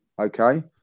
okay